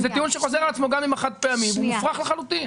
זה טיעון שחוזר על עצמו גם עם הכלים החד-פעמיים והוא מופרך לחלוטין.